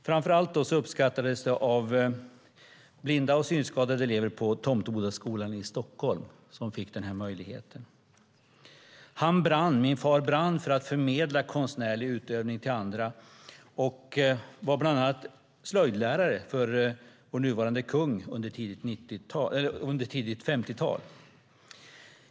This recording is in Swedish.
Framför allt uppskattades det av blinda och synskadade elever på Tomtebodaskolan i Stockholm, som fick denna möjlighet. Min far brann för att förmedla konstnärlig utövning till andra och var bland annat slöjdlärare för vår nuvarande kung under tidigt 50-tal.